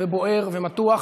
בוער ומתוח.